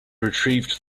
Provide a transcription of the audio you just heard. retrieved